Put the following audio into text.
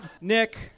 Nick